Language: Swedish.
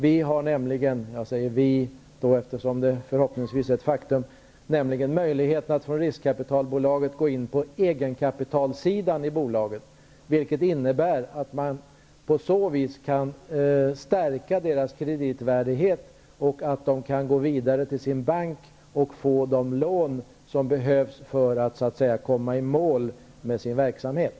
Vi har nämligen -- jag säger vi, eftersom det förhoppningsvis är ett faktum -- möjlighet att från riskkapitalbolaget gå in på egenkapitalsidan i bolagen, vilket innebär att man på detta vis kan stärka företagens kreditvärdighet så att de kan gå vidare till sin bank och få de lån som behövs för att så att säga komma i mål med sin verksamhet.